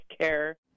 care